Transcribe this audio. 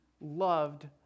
loved